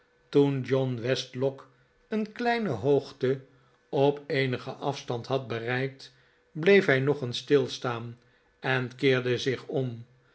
toen john westlock een kleine hoogte op eenigen afstand had bereikt bleef hij nog eens stilstaan en keerde zich om